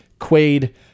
Quaid